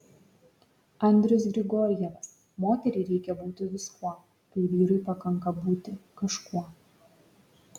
andrius grigorjevas moteriai reikia būti viskuo kai vyrui pakanka būti kažkuo